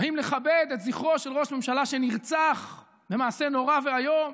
באים לכבד את זכרו של ראש ממשלה שנרצח במעשה נורא ואיום.